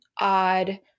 odd